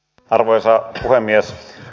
arvoisa puhemies